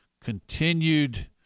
continued